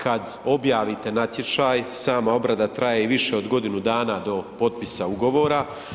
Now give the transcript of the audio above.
Kad objavite natječaj, sama obrada traje i više od godinu dana do potpisa ugovora.